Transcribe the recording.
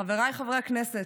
חבריי חברי הכנסת,